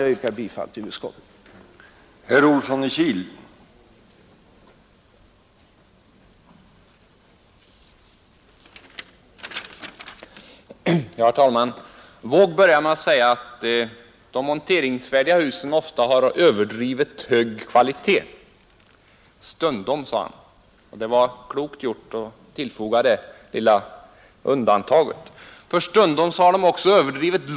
Jag yrkar bifall till utskottets hemställan.